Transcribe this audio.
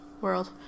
world